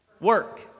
Work